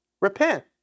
Repent